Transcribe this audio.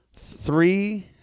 three